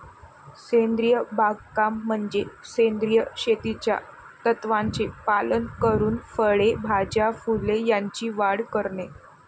सेंद्रिय बागकाम म्हणजे सेंद्रिय शेतीच्या तत्त्वांचे पालन करून फळे, भाज्या, फुले यांची वाढ करणे